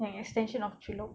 like extension of Chulop